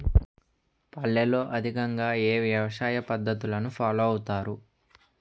పల్లెల్లో అధికంగా ఏ వ్యవసాయ పద్ధతులను ఫాలో అవతారు?